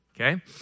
okay